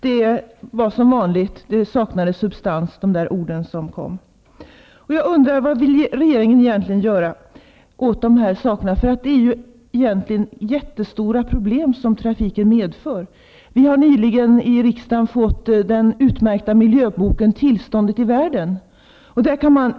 Det är som vanligt: De ord som uttalats saknar substans. Vad vill regeringen egentligen göra åt de här sakerna? Trafiken medför ju enormt stora problem. Nyligen har vi i riksdagen fått den utmärkta miljöboken Tillståndet i världen.